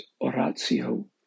Oratio